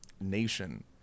nation